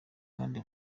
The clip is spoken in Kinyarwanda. kandi